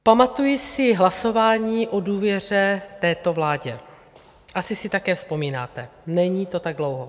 Pamatuji si hlasování o důvěře této vládě, asi si také vzpomínáte, není to tak dlouho.